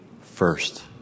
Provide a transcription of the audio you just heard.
first